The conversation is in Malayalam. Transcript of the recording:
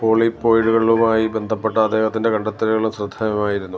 പോളി പോയിഡുകളുമായി ബന്ധപ്പെട്ട അദ്ദേഹത്തിന്റെ കണ്ടെത്തലുകൾ ശ്രദ്ധേയമായിരുന്നു